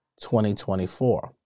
2024